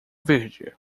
verde